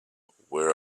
where